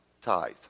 tithe